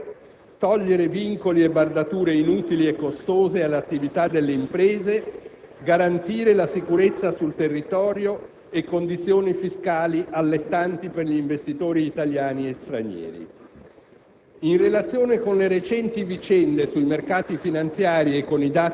nulla di più e nulla di meno. Investire nelle infrastrutture, togliere vincoli e bardature inutili e costose all'attività delle imprese, garantire la sicurezza sul territorio e condizioni fiscali allettanti per gli investitori italiani e stranieri.